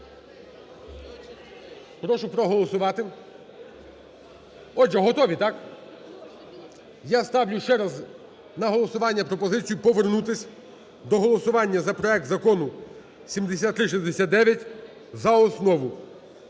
Прошу проголосувати. Отже, готові, так? Я ставлю ще раз на голосування пропозицію повернутися до голосування за проект Закону 7369 за основу.